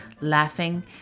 Laughing